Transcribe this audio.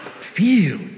feel